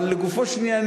אבל לגופו של עניין,